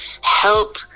help